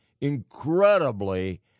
incredibly